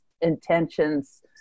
intentions